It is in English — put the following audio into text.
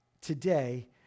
today